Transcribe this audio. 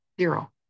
Zero